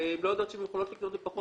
הן לא יודעות שהן יכולות לקנות בפחות.